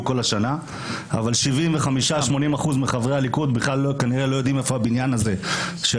כל השנה אבל כ-80% מחברי הליכוד בכלל לא יודעים איפה בניין הוועדות.